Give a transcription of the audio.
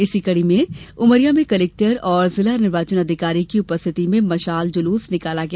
इसी कडी में उमरिया में कलेक्टर और जिला निर्वाचन अधिकारी की उपस्थिति में मशाल जुलूस निकाला गया